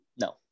No